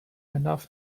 enough